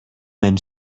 même